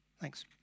Thanks